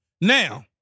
Now